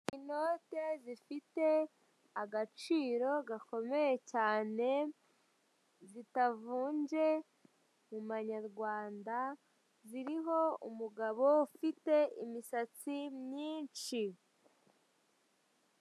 Inote zifite agaciro gakomeye cyane zitavunje mu manyarwanda ziriho umugabo ufite imisatsi myinshi.